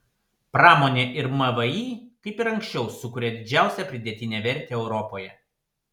pramonė ir mvį kaip ir anksčiau sukuria didžiausią pridėtinę vertę europoje